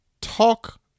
talk